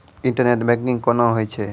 Internet banking कोना होय छै?